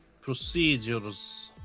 procedures